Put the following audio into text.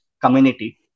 community